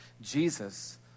Jesus